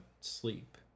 sleep